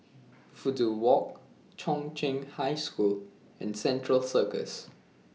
Fudu Walk Chung Cheng High School and Central Circus